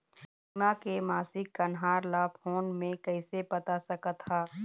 बीमा के मासिक कन्हार ला फ़ोन मे कइसे पता सकत ह?